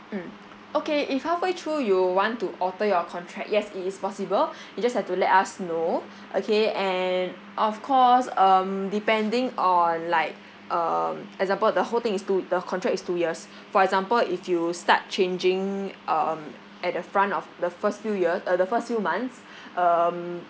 mm okay if halfway through you want to alter your contract yes it is possible you just have to let us know okay and of course um depending on like um example the whole thing is two the contract is two years for example if you start changing um at the front of the first few year uh the first few months um